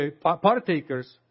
partakers